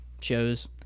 shows